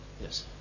Yes